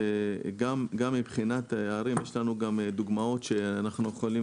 שגם מבחינת הערים יש לנו גם דוגמאות שאנחנו יכולים